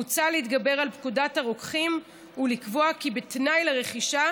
מוצע להתגבר על פקודת הרוקחים ולקבוע כי כתנאי לרכישה